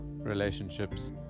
relationships